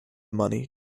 money